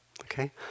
okay